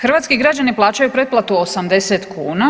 Hrvatski građani plaćaju pretplatu 80 kuna.